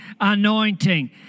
anointing